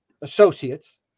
associates